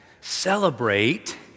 celebrate